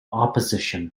opposition